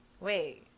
Wait